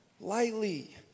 lightly